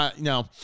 No